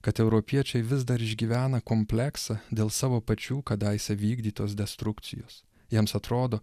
kad europiečiai vis dar išgyvena kompleksą dėl savo pačių kadaise vykdytos destrukcijos jiems atrodo